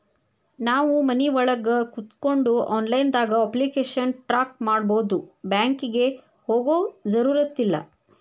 ನಾವು ಮನಿಒಳಗ ಕೋತ್ಕೊಂಡು ಆನ್ಲೈದಾಗ ಅಪ್ಲಿಕೆಶನ್ ಟ್ರಾಕ್ ಮಾಡ್ಬೊದು ಬ್ಯಾಂಕಿಗೆ ಹೋಗೊ ಜರುರತಿಲ್ಲಾ